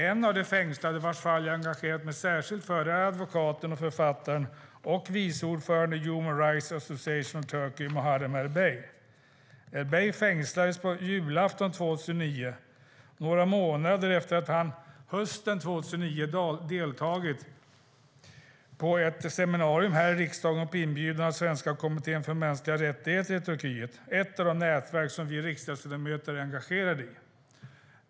En av de fängslade vars fall jag har engagerat mig särskilt i är advokaten, författaren och vice ordföranden i Human Rights Association of Turkey Muharrem Erbey. Erbey fängslades på julafton 2009, några månader efter det att han samma höst hade deltagit i ett seminarium här i riksdagen på inbjudan av Svenska stödkommittén för mänskliga rättigheter i Turkiet - ett av de nätverk som vi riksdagsledamöter är engagerade i.